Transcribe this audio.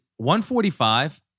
145